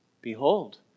Behold